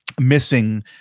missing